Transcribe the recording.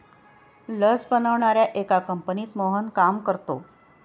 लस बनवणाऱ्या एका कंपनीत मोहन काम करतो